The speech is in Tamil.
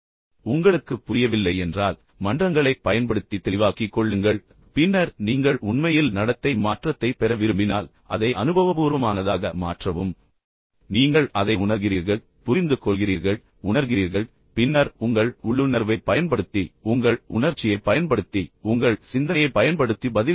உங்களுக்கு புரியவில்லை என்றால் மன்றங்களைப் பயன்படுத்தி தெளிவாக்கிக் கொள்ளுங்கள் பின்னர் நீங்கள் உண்மையில் நடத்தை மாற்றத்தைப் பெற விரும்பினால் அதை அனுபவபூர்வமானதாக மாற்றவும் நீங்கள் அதை உணர்கிறீர்கள் புரிந்துகொள்கிறீர்கள் உணர்கிறீர்கள் பின்னர் உங்கள் உள்ளுணர்வைப் பயன்படுத்தி உங்கள் உணர்ச்சியைப் பயன்படுத்தி உங்கள் சிந்தனையைப் பயன்படுத்தி பதிலளிக்கிறீர்கள்